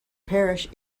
parish